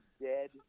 dead